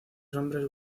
hombres